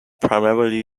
primarily